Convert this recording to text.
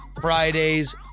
Friday's